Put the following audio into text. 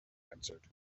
answered